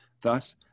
Thus